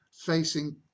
facing